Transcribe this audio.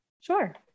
Sure